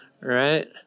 Right